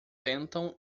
sentam